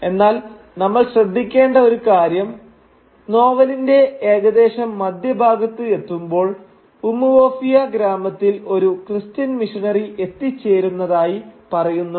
എന്നാൽ നമ്മൾ ശ്രദ്ധിക്കേണ്ട ഒരു കാര്യം നോവലിന്റെ ഏകദേശം മധ്യഭാഗത്ത് എത്തുമ്പോൾ ഉമുവോഫിയ ഗ്രാമത്തിൽ ഒരു ക്രിസ്ത്യൻ മിഷണറി എത്തിച്ചേരുന്നതായി പറയുന്നുണ്ട്